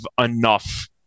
enough